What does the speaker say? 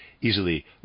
easily